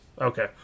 Okay